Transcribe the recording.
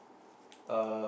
uh